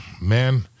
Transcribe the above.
man